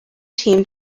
team